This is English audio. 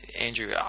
Andrew